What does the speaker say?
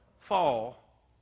Fall